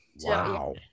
wow